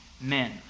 men